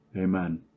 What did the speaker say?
Amen